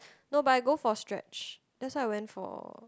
no but I go for stretch that's why I went for